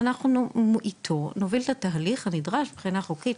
ואנחנו איתו נוביל את התהליך הנדרש מבחינה חוקית,